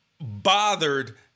bothered